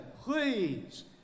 please